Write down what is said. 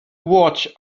watch